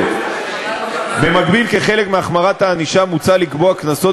הזה מוגש בלוח זמנים מאוד קצר.